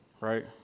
right